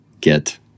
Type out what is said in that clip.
get